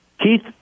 Keith